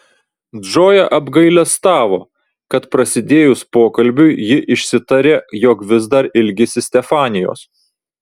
džoja apgailestavo kad prasidėjus pokalbiui ji išsitarė jog vis dar ilgisi stefanijos